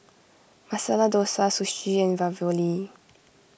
Masala Dosa Sushi and Ravioli